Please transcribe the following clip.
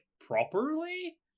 properly